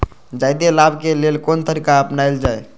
जादे लाभ के लेल कोन तरीका अपनायल जाय?